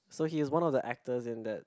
so he is one of the actors in that